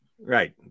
Right